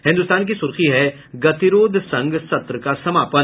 हिन्दुस्तान की सुर्खी है गतिरोध संग सत्र का समापन